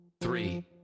Three